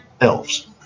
elves